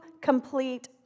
complete